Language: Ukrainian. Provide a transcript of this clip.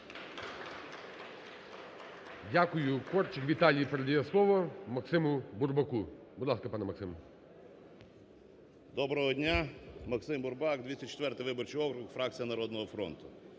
Дякую. Корчик Віталій передає слово Максиму Бурбаку. Будь ласка, пане Максим. 10:16:28 БУРБАК М.Ю. Доброго дня! Максим Бурбак, 204 виборчий округ фракція "Народного фронту".